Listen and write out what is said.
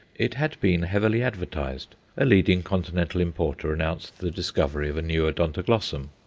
it had been heavily advertised. a leading continental importer announced the discovery of a new odontoglossum.